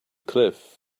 cliff